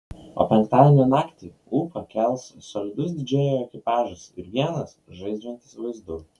o penktadienio naktį ūpą kels solidus didžėjų ekipažas ir vienas žaidžiantis vaizdu